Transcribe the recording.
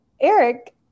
Eric